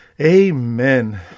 Amen